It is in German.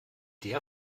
der